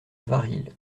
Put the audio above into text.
varilhes